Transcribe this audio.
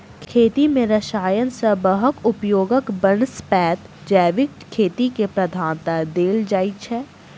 खेती मे रसायन सबहक उपयोगक बनस्पैत जैविक खेती केँ प्रधानता देल जाइ छै